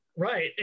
Right